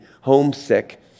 homesick